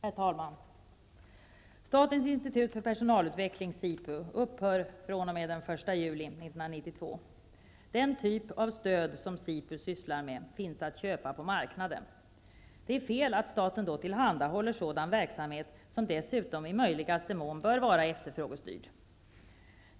Herr talman! Statens institut för personalutveckling, SIPU, upphör fr.o.m. den 1 juli l992. Den typ av stöd som SIPU sysslar med finns att köpa på marknaden. Det är fel att staten då tillhandahåller sådan verksamhet som dessutom i möjligaste mån bör vara efterfrågestyrd.